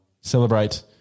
celebrate